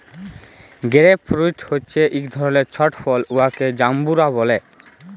grape fruit হছে ইক ধরলের ছট ফল উয়াকে জাম্বুরা ব্যলে